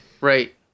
Right